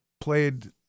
played